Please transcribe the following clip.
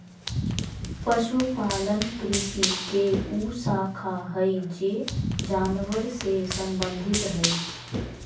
पशुपालन कृषि के उ शाखा हइ जे जानवर से संबंधित हइ